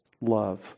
love